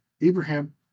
Abraham